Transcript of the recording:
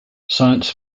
science